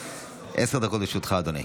לאומי להמשך הכנתה לקריאה הראשונה.